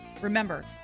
remember